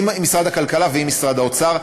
עם משרד הכלכלה ועם משרד האוצר.